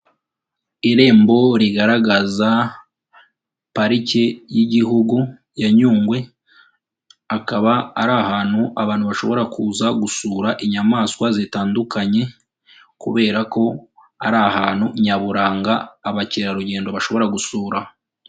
Irembo rigaragaza parike y'igihugu ya Nyungwe, akaba ari ahantu abantu bashobora kuza gusura inyamaswa zitandukanye, kubera ko ari ahantu nyaburanga, abakerarugendo bashobora gusura.